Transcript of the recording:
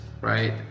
right